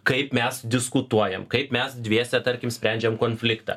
kaip mes diskutuojam kaip mes dviese tarkim sprendžiam konfliktą